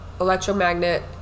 electromagnet